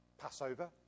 Passover